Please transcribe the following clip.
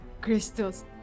crystals